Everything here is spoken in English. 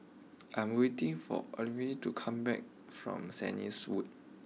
I'm waiting for Ophelia to come back from Saint Anne's wood